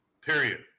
Period